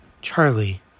Charlie